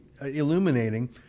illuminating